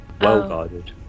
Well-guarded